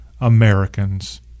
Americans